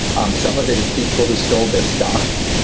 um some of it is people who sold their stocks.